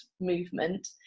movement